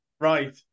Right